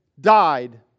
died